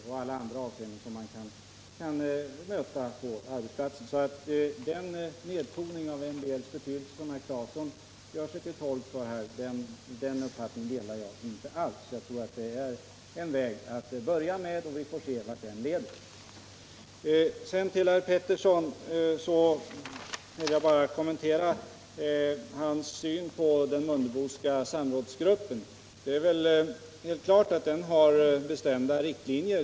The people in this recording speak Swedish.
Den nedtoning av MBL:s betydelse som herr Claeson gör sig till tolk för tyder på en uppfattning som jag inte alls delar. Jag tror att MBL är en väg att börja med, och vi får se vart den leder. Sedan till herr Pettersson. Jag vill bara kommentera herr Petterssons syn på den Mundeboska samrådsgruppen. Det är helt klart att den har bestämda riktlinjer.